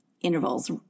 intervals